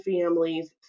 families